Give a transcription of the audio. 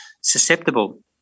susceptible